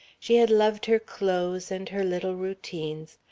she had loved her clothes and her little routines,